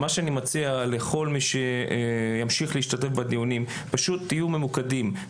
אני מציע שתהיו ממוקדים,